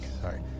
Sorry